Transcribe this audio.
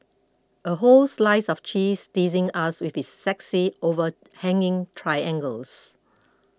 a whole slice of cheese teasing us with its sexy overhanging triangles